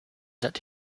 that